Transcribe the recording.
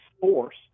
force